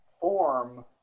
form